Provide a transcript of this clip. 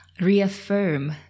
reaffirm